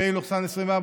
פ/402/24,